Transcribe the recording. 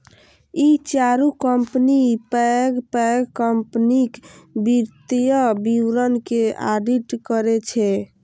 ई चारू कंपनी पैघ पैघ कंपनीक वित्तीय विवरण के ऑडिट करै छै